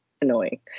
annoying